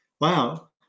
Wow